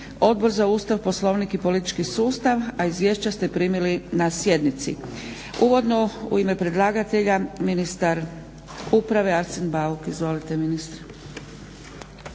Odbor za Ustav, Poslovnik i politički sustav, a izvješća ste primili na sjednici. Uvodno u ime predlagatelja ministar uprave Arsen Bauk. Izvolite ministre.